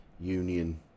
union